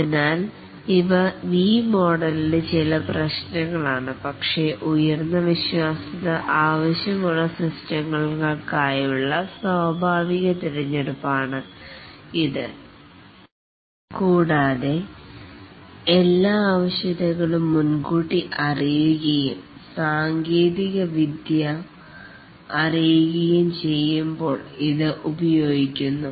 അതിനാൽ ഇവ വി മോഡലിൻറെ ചില പ്രശ്നങ്ങളാണ് പക്ഷേ ഉയർന്ന വിശ്വാസ്യത ആവശ്യമുള്ള സിസ്റ്റങ്ങൾ കായുള്ള സ്വാഭാവിക തെരഞ്ഞെടുപ്പാണ് ഇത് കൂടാതെ എല്ലാ ആവശ്യകതകളും മുൻകൂട്ടി അറിയുകയും സാങ്കേതികവിദ്യ അറിയുകയും ചെയ്യുമ്പോൾ ഇത് ഉപയോഗിക്കുന്നു